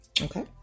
Okay